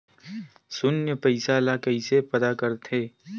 शून्य पईसा ला कइसे पता करथे?